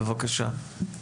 בבקשה.